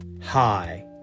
hi